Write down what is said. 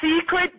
Secret